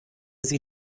sie